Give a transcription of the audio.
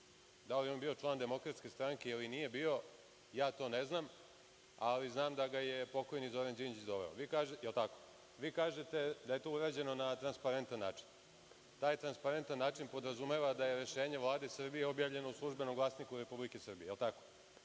Da li je on bio član DS ili nije bio, to ne znam, ali znam da ga je pokojni Zoran Đinđić doveo. Je li tako? Vi kažete da je to urađeno na transparentan način. Taj transparentan način podrazumeva da je rešenje Vlade Srbije objavljeno u „Službenom glasniku RS“ je